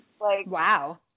Wow